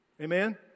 Amen